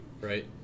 right